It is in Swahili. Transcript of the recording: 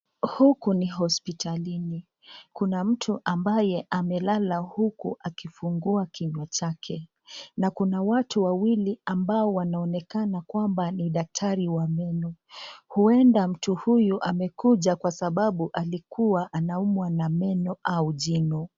Huku ni hospitalini kuna mtu ambaye amelela huku akifungua kinywa chake na kuna watu wawili ambao wanaonekana kwamba ni daktari wa meno huenda mtu huyu amekuja kwa sababu alikuwa anaumwa na meno au jino.